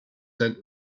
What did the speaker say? send